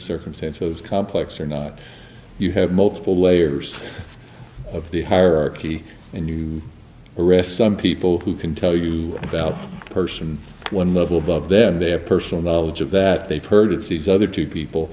circumstance as complex or not you have multiple layers of the hierarchy and you arrest some people who can tell you about the person one level above them their personal knowledge of that they've heard these other two people